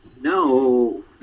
No